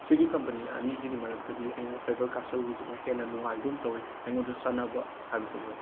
ꯁꯤꯒꯤ ꯀꯝꯄꯅꯤ ꯑꯅꯤꯁꯤꯒꯤ ꯃꯔꯛꯇꯒꯤ ꯑꯩꯅ ꯐꯦꯕꯔ ꯀꯥꯁꯜꯒꯤꯁꯤꯅ ꯍꯦꯟꯅ ꯅꯨꯉꯥꯏꯒꯨꯝ ꯇꯧꯋꯤ ꯑꯩꯉꯣꯟꯗ ꯆꯥꯅꯕ ꯍꯥꯏꯕꯗꯣ ꯑꯣꯏ